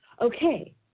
okay